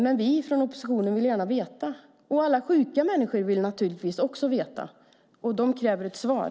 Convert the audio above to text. Men vi från oppositionen vill gärna veta, och alla sjuka människor vill naturligtvis också veta, och de kräver ett svar.